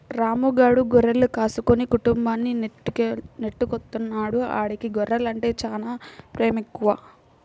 రాము గాడు గొర్రెలు కాసుకుని కుటుంబాన్ని నెట్టుకొత్తన్నాడు, ఆడికి గొర్రెలంటే చానా పేమెక్కువ